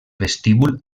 vestíbul